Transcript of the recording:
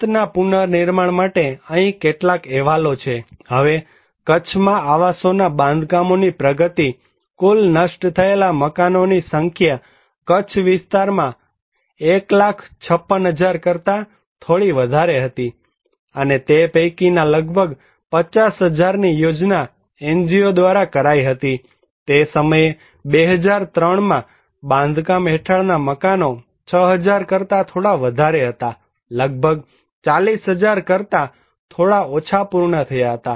છતના પુનનિર્માણ માટે અહીં કેટલાક અહેવાલો છે હવે કચ્છમાં આવાસોના બાંધકામોની પ્રગતિ કુલ નષ્ટ થયેલા મકાનોની સંખ્યા કચ્છ વિસ્તારમાં 1 લાખ56000 કરતાં થોડી વધારે હતી અને તે પૈકીના લગભગ 50000 ની યોજના NGO દ્વારા કરાઇ હતી તે સમયે 2003માં બાંધકામ હેઠળ ના મકાનો 6000 કરતા થોડા વધારે હતા લગભગ 40000 કરતા થોડા ઓછા પૂર્ણ થયા હતા